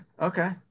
Okay